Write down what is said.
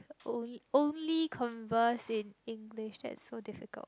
onl~ only converse in English that's so difficult